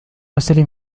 السليم